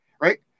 right